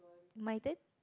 my turn